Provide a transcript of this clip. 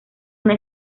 una